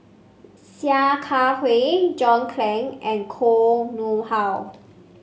Sia Kah Hui John Clang and Koh Nguang How